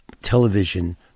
television